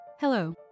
Hello